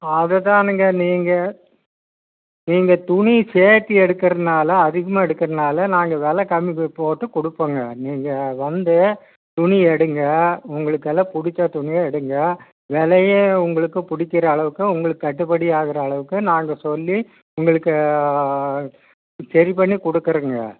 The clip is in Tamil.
அதை தான்ங்க நீங்கள் நீங்கள் துணி சேர்த்து எடுக்கிறதுனால அதிகமாக எடுக்கிறதுனால நாங்கள் வெலை கம்மி போட்டு கொடுப்போங்க நீங்கள் வந்து துணி எடுங்கள் உங்களுக்கு எல்லாம் பிடிச்ச துணியை எடுங்கள் விலையும் உங்களுக்கு பிடிக்கிற அளவுக்கு உங்களுக்கு கட்டுப்படி ஆகிற அளவுக்கு நாங்கள் சொல்லி உங்களுக்கு சரி பண்ணி கொடுக்குறோங்க